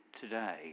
today